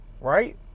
Right